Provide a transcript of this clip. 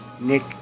Nick